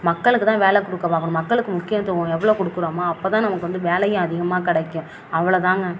மக்களுக்கு தான் வேலை கொடுக்க பார்க்கணும் மக்களுக்கு முக்கியத்துவம் எவ்வளோ கொடுக்குறோமோ அப்போ தான் நமக்கு வந்து வேலையும் அதிகமாக கிடைக்கும் அவ்வளோதாங்க